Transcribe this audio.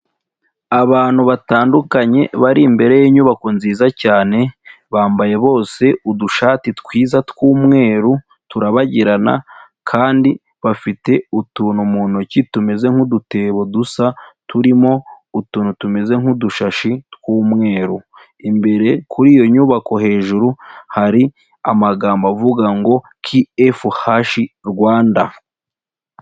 Abantu batandukanye, bari imbere y'inyubako nziza cyane, bambaye bose udushati twiza tw'umweru, turabagirana, kandi bafite utuntu mu ntoki tumeze nk'udutebo dusa, turimo utuntu tumeze nk'udushashi tw'umweru, imbere kuri iyo nyubako hejuru, hari amagambo avuga ngo KFH Rwanda.